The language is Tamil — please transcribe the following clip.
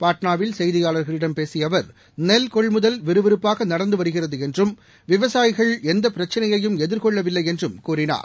பாட்னாவில் செய்தியாளர்களிடம் பேசிய அவர் நெல் கொள்முதல் விறுவிறுப்பாக நடந்து வருகிறது என்றும் விவசாயிகள் எந்த பிரச்சினையையும் எதிர்கொள்ளவில்லை என்றும் கூறினார்